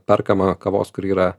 perkama kavos kuri yra